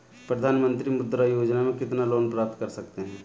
प्रधानमंत्री मुद्रा योजना में कितना लोंन प्राप्त कर सकते हैं?